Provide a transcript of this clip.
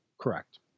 correct